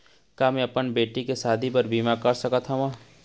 का मैं अपन बेटी के शादी बर बीमा कर सकत हव?